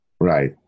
Right